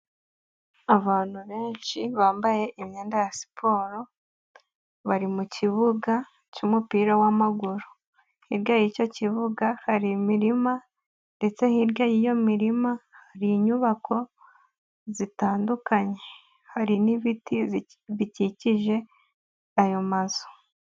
Abantu benshi bambaye imyenda ya siporo, bari mukibuga cy'umupira wamaguruga, hirya y'icyo kibuga hari imirima ndetse hirya y'iyo mirima hari inyubako zitandukanye, hari n'ibiti bikikije ayo mazu.